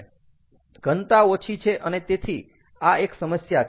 ઘનતા ઓછી છે અને તેથી આ એક સમસ્યા છે